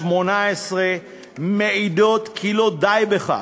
והשמונה-עשרה מעידות כי לא די בכך,